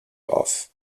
off